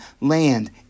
land